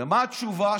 ומה התשובה?